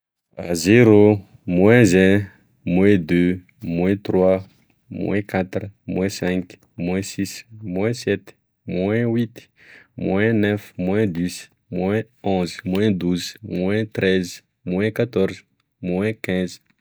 A zero, moins un, moins deux, moins trois, moins quatre, moins cinq, moins six, moins sept, moins huite, moins neuf, moins dix, moins onze, moins douze, moins treize, moins quatorze, moins quinze